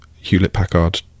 Hewlett-Packard